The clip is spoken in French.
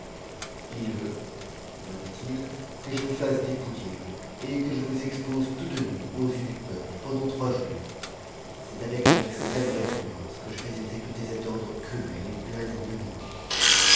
il veut leur dit-il que je vous fasse dépouifler et que je vous expose toutes nues aux yeux du peuple pendant trois jours c'est avec une extrême répugnance que je fais exécuter cet ordre cruel et plein d'ignominie